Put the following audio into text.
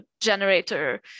generator